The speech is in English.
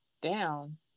down